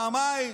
פעמיים.